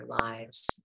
lives